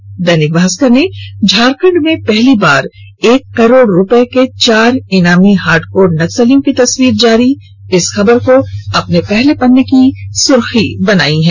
वहीं दैनिक भास्कर ने झारखंड में पहली बार एक एक करोड़ रूपये के चार इनामी हार्डकोर नक्सलियों की तस्वीर जारी खबर को पहले पन्ने की सुर्खी बनाई है